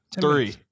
Three